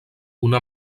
una